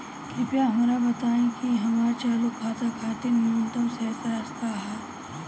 कृपया हमरा बताइं कि हमर चालू खाता खातिर न्यूनतम शेष राशि का ह